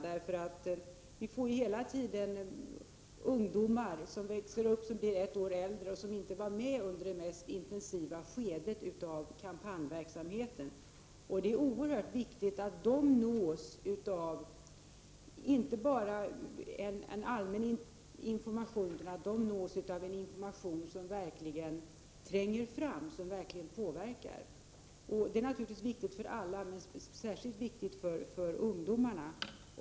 Det växer ju hela tiden upp nya ungdomar som inte har varit med under det mest intensiva skedet av kampanjverksamheten. Det är oerhört viktigt att dessa ungdomar nås inte bara av en allmän information utan av en information som verkligen tränger fram och som verkligen påverkar. Det är naturligtvis viktigt för alla, men det är särskilt viktigt för ungdomarna.